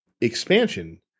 expansion